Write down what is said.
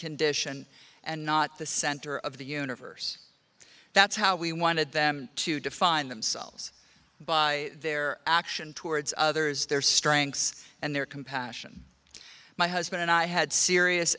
condition and not the center of the universe that's how we wanted them to define themselves by their actions towards others their strengths and their compassion my husband and i had serious